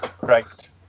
Right